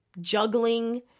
juggling